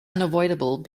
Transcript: unavoidable